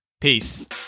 Peace